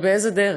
ובאיזו דרך?